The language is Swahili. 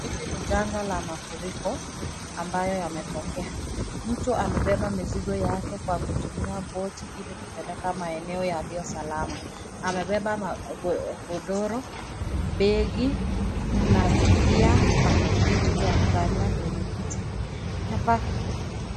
Hili ni janga la mafuriko ambayo yametokea. Mtu amebeba mizigo yake kwa kutumia boti ili kupeleka maeneo yaliyo salama. Amebeba godoro, begi, na pia vitu vya kukalia kwenye kiti. Hapa